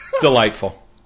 delightful